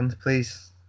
please